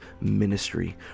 Ministry